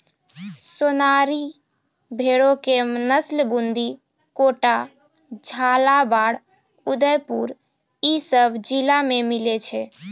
सोनारी भेड़ो के नस्ल बूंदी, कोटा, झालाबाड़, उदयपुर इ सभ जिला मे मिलै छै